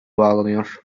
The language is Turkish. bağlanıyor